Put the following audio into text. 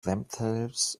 themselves